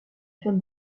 fête